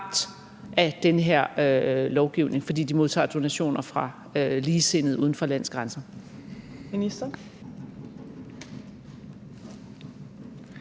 af den her lovgivning, fordi de modtager donationer fra ligesindede uden for landets grænser?